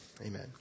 Amen